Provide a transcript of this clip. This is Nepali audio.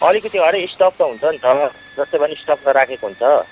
अलिकति अरे स्टक त हुन्छ नि त जस्तै भए पनि स्टकमा राखेको हुन्छ